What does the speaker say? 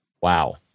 Wow